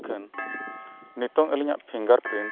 ᱮᱱᱠᱷᱟᱱ ᱱᱤᱛᱚᱝ ᱟᱹᱞᱤᱧᱟᱜ ᱯᱷᱤᱝᱜᱟᱨ ᱯᱨᱤᱱᱴ